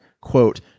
quote